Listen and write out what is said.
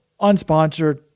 unsponsored